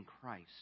Christ